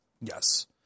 Yes